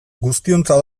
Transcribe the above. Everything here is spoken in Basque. guztiontzat